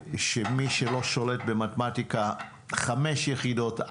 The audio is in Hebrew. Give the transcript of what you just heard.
שמי שלא שולט במתמטיקה חמש יחידות,